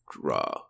draw